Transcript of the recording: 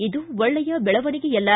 ಇದು ಒಳ್ಳೆಯ ಬೆಳವಣಿಗೆಯಲ್ಲ